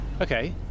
Okay